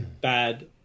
Bad